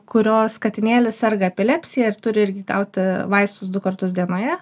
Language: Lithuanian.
kurios katinėlis serga epilepsija ir turi irgi gauti vaistus du kartus dienoje